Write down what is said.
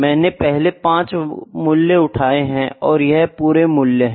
मैंने पहले 5 मूल्य उठाए हैं और यह पूरे मूल्य हैं